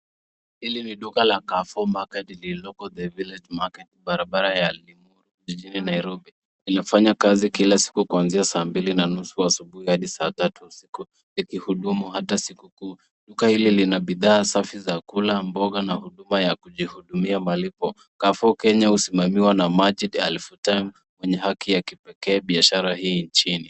Hili ni duka la Carrefour market lililoko The Village Market barabara ya Limuru jijini Nairobi. Linafanya kazi kila siku kuanzia saa mbili na nusu asubuhi hadi saa tatu usiku ikihudumu hata siku kuu. Duka hili lina bidhaa safi za kula, mboga na huduma ya kujihudumia malipo. Carrefour Kenya husimamiwa na Majid Alfutan mwenye haki ya kipekee biashara hii nchini.